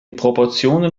proportionen